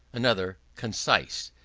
another concise?